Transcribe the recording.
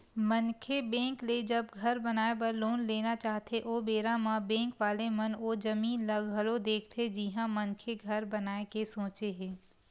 मनखे बेंक ले जब घर बनाए बर लोन लेना चाहथे ओ बेरा म बेंक वाले मन ओ जमीन ल घलो देखथे जिहाँ मनखे घर बनाए के सोचे हे